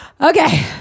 Okay